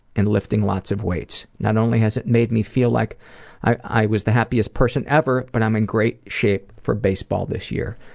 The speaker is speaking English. and lifting lots of weights. not only has it made me feel like i was the happiest person ever, but i'm in great shape for baseball this year.